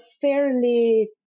fairly